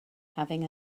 having